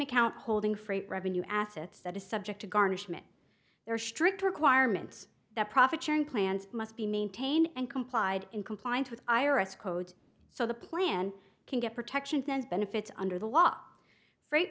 account holding freight revenue assets that is subject to garnishment there are strict requirements that profit sharing plans must be maintained and complied in compliance with i r s code so the plan can get protection those benefits under the law freight